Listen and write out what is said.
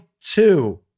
two